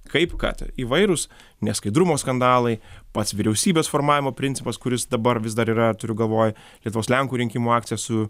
kaip kad įvairūs neskaidrumo skandalai pats vyriausybės formavimo principas kuris dabar vis dar yra turiu galvoj lietuvos lenkų rinkimų akciją su